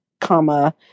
comma